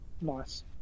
Nice